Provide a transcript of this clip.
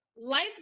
Life